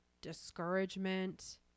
discouragement